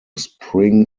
spring